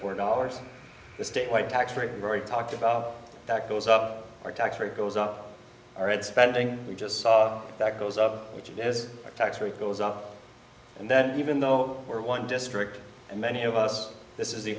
four dollars the state way tax rate very talked about that goes up our tax rate goes up or it spending we just saw that goes of which this tax rate goes up and then even though we're one district and many of us this is the